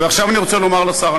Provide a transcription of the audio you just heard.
עכשיו אני רוצה לומר לשר,